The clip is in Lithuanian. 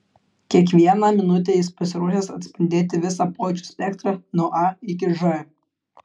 kiekvieną minutę jis pasiruošęs atspindėti visą pojūčių spektrą nuo a iki ž